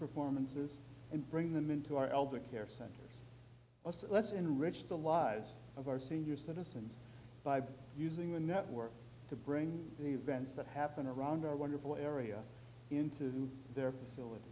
performances and bring them into our eldercare send us to let's enrich the lives of our senior citizens by using the network to bring the events that happened around our wonderful area into their facilit